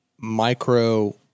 micro